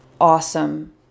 awesome